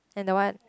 and the one